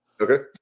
Okay